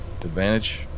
Advantage